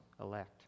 elect